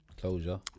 Closure